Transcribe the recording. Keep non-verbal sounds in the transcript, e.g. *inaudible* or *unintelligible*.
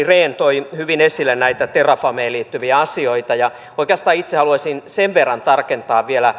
*unintelligible* rehn toi hyvin esille näitä terrafameen liittyviä asioita ja oikeastaan itse haluaisin sen verran tarkennusta vielä *unintelligible*